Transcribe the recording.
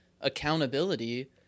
accountability